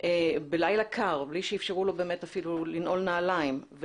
בלילה קר מבלי שאפשרו לו אפילו לנעול נעליים.